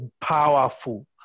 powerful